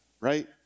right